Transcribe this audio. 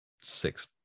six